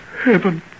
Heaven